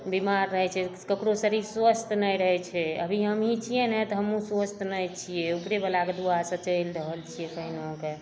बीमार रहै छै तऽ ककरो शरीर स्वस्थ नहि रहै छै अभी हमही छियै ने तऽ हमहूँ स्वस्थ नहि छियै उपरेबलाके दुआसे चैलि रहल छियै कहुना कऽ